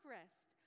rest